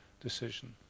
decision